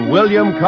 William